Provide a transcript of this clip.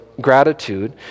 gratitude